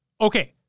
Okay